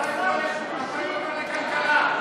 מה קורה עם סגן שר הכלכלה?